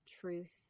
truth